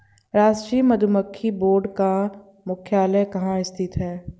राष्ट्रीय मधुमक्खी बोर्ड का मुख्यालय कहाँ स्थित है?